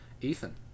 ethan